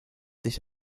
sich